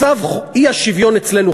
מצב האי-שוויון אצלנו,